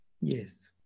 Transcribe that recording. Yes